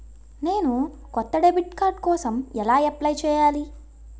నేను కొత్త debit card కోసం ఎలా అప్లయ్ చేయాలి?